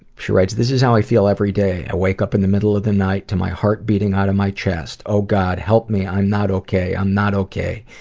she writes, this is how i feel every day. i wake up in the middle of the night to my heart beating out of my chest. oh god, help me. i'm not okay. i'm not okay.